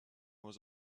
was